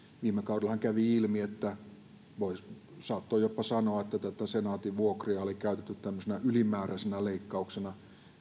viime kaudellahan kävi ilmi että saattoi jopa sanoa että senaatin vuokria oli käytetty ylimääräisinä leikkauksina